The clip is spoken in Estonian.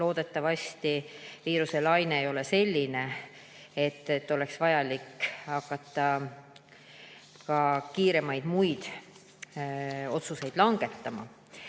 loodetavasti viiruselaine ei ole selline, et oleks vaja hakata kiiremaid muid otsuseid langetama.